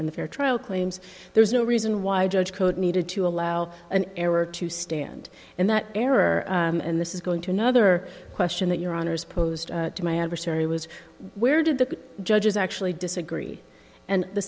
the fair trial claims there's no reason why judge code needed to allow an error to stand in that error and this is going to another question that your honour's posed to my adversary was where did the judges actually disagree and the